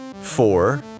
four